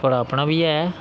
थुहाड़ा अपना बी ऐ